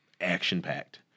action-packed